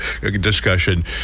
discussion